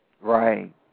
Right